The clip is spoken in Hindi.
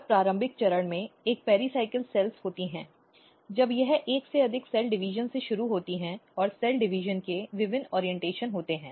बहुत प्रारंभिक चरण में एक पेराइकल कोशिकाएं होती हैं जब यह एक से अधिक सेल डिवीजन से शुरू होती है और सेल डिवीजन के विभिन्न ऑरीइन्टेशन होते हैं